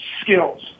skills